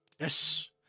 Yes